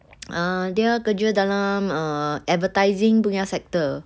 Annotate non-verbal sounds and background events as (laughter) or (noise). (noise) uh dia kerja dalam uh advertising punya sector